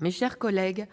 Mes chers collègues,